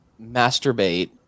masturbate